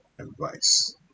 advice